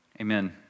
Amen